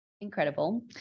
incredible